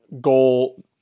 goal